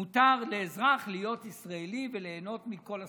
מותר לאזרח להיות ישראלי וליהנות מכל הזכויות,